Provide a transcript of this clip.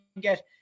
get